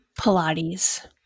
Pilates